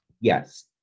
Yes